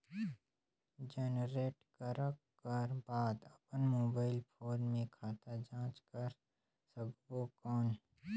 Generate करक कर बाद अपन मोबाइल फोन मे खाता जांच कर सकबो कौन?